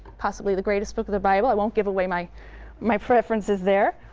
possibly the greatest book of the bible, i won't give away my my preferences there,